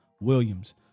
Williams